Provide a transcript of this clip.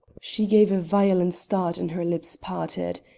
she gave a violent start and her lips parted.